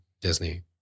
Disney